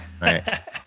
right